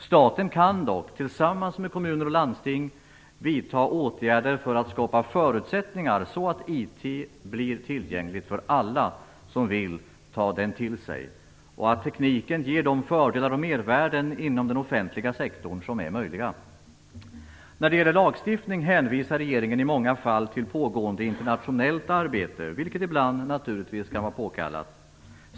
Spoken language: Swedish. Staten kan dock, tillsammans med kommuner och landsting, vidta åtgärder för att skapa förutsättningar så att IT blir tillgänglig för alla som vill ta den till sig och så att tekniken ger de fördelar och mervärden inom den offentliga sektorn som är möjliga. När det gäller lagstiftning hänvisar regeringen i många fall till pågående internationellt arbete, vilket ibland naturligtvis kan vara påkallat.